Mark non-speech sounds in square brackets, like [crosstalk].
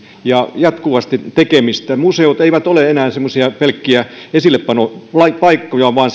ja jatkuvasti tekemistä museot eivät ole enää semmoisia pelkkiä esillepanopaikkoja vaan [unintelligible]